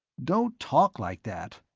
don't talk like that,